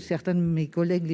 certains de mes collègues.